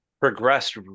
progressed